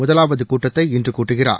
முதலாவது கூட்டத்தை இன்று கூட்டுகிறார்